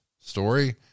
story